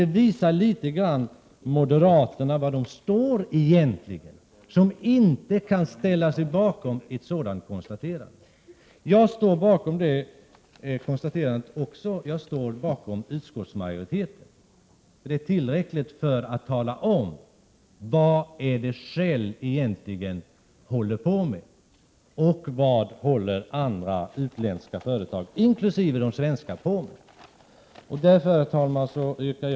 Det visar något var moderaterna egentligen står, när de inte kan ställa sig bakom det konstaterande som övriga partier har gjort. Jag står bakom utskottsmajoriteten och detta konstaterande. Det är tillräckligt för att tala om vad Shell och andra utländska företag inkl. de svenska egentligen håller på med i Sydafrika. Herr talman!